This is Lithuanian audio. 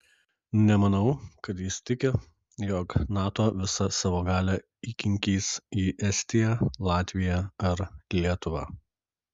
nemanau kad jis tiki jog nato visą savo galią įkinkys į estiją latviją ar lietuvą